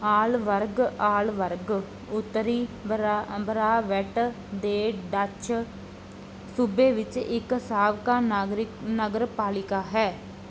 Aalburg Aalburg ਉੱਤਰੀ ਬ੍ਰਾ Brabant ਦੇ ਡੱਚ ਸੂਬੇ ਵਿੱਚ ਇੱਕ ਸਾਬਕਾ ਨਾਗਰਿਕ ਨਗਰਪਾਲਿਕਾ ਹੈ